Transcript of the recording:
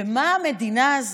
ומה המדינה הזאת,